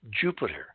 Jupiter